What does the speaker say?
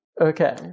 okay